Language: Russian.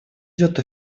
идет